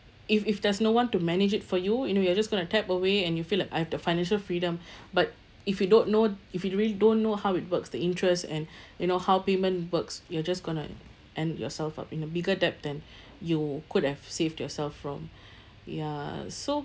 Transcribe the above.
if if there's no one to manage it for you you know you're just going to tap away and you feel like I have the financial freedom but if you don't know if you really don't know how it works the interest and you know how payment works you're just gonna end yourself up in a bigger debt than you could have saved yourself from ya so